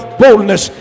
boldness